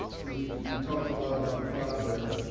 since we've we've talked a lot about the process,